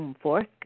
fork